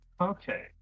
okay